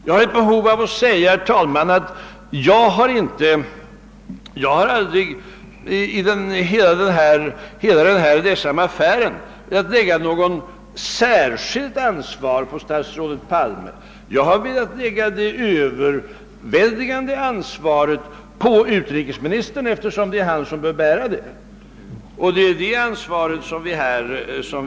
Jag har ett behov av att deklarera att jag aldrig i hela denna ledsamma affär velat lägga något särskilt stort ansvar på statsrådet Palme. Jag har velat lägga det övervägande ansvaret på utrikesministern, eftersom det är han som bör bära detta, och det är det ansvaret som vi nu diskuterar.